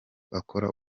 akora